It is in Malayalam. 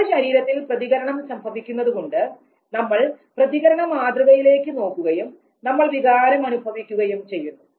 നമ്മുടെ ശരീരത്തിൽ പ്രതികരണം സംഭവിക്കുന്നത് കൊണ്ട് നമ്മൾ പ്രതികരണ മാതൃകയിലേക്ക് നോക്കുകയും നമ്മൾ വികാരം അനുഭവിക്കുകയും ചെയ്യുന്നു